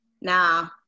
now